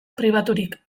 pribaturik